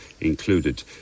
included